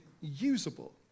usable